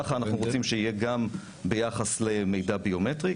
כך אנחנו רוצים שיהיה גם ביחס למידע ביומטרי,